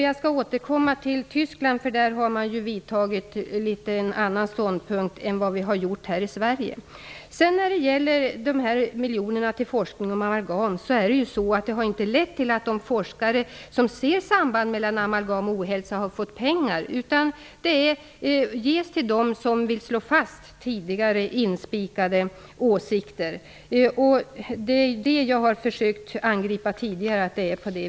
Jag skall återkomma till läget i Tyskland, där man har kommit fram till en något annan ståndpunkt än vad vi har gjort här i Sverige. Vad sedan gäller de miljoner som anslagits till forskning om amalgam har inte de forskare som ser samband mellan amalgam och ohälsa fått några pengar, utan dessa har helt gått till dem som vill slå fast tidigare etablerade åsikter. Jag har tidigare försökt att kritisera detta förhållande.